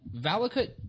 Valakut